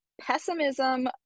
pessimism